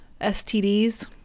STDs